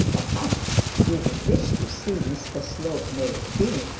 perhaps you would wish to see mr slope made dean